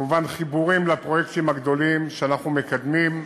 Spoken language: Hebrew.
וכמובן חיבורים לפרויקטים הגדולים שאנחנו מקדמים.